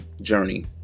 journey